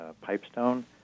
pipestone